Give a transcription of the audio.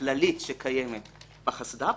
הבעיה יכולה להיות שהבג"ץ החליט שהדיון יתקיים עוד שנה.